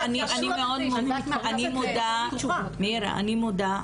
אני מודה לך,